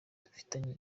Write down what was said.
dufitanye